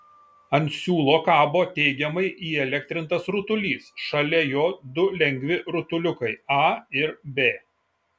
ant siūlo kabo teigiamai įelektrintas rutulys šalia jo du lengvi rutuliukai a ir b